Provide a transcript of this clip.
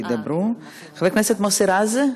חבר הכנסת מוסי רז,